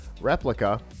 replica